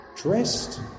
dressed